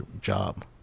job